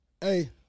Hey